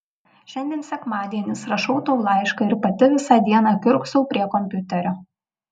šiandien sekmadienis rašau tau laišką ir pati visą dieną kiurksau prie kompiuterio